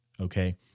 Okay